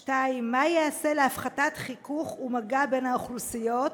2. מה ייעשה להפחתת חיכוך ומגע בין האוכלוסיות